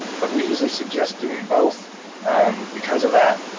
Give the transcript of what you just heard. but we usually suggest doing both because of that.